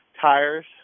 tires